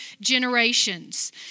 generations